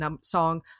song